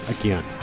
again